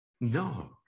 No